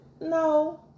No